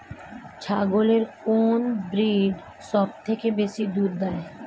ছাগলের কোন ব্রিড সবথেকে বেশি দুধ দেয়?